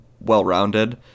well-rounded